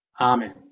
Amen